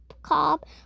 cob